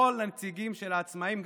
כל הנציגים של העצמאים,